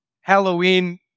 Halloween